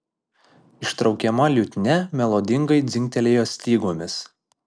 ištraukiama liutnia melodingai dzingtelėjo stygomis